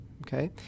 Okay